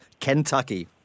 Kentucky